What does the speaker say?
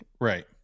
right